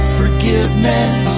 forgiveness